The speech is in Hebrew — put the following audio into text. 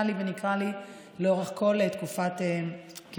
לי ונקרתה לי לאורך כל תקופת כהונתי.